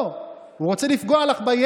אבל אתה יודע מה?